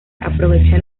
aprovecha